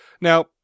Now